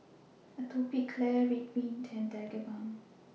Atopiclair Ridwind and Tigerbalm